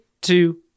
two